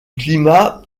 climat